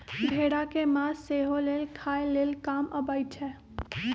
भेड़ा के मास सेहो लेल खाय लेल काम अबइ छै